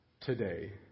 today